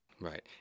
Right